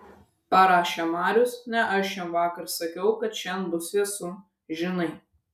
parašė marius ne aš jam vakar sakiau kad šian bus vėsu žinai